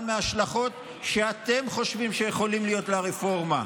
מההשלכות שאתם חושבים שיכולות להיות לרפורמה.